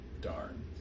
Darn